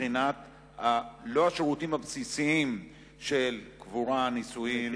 לא השירותים הבסיסיים של קבורה ונישואים,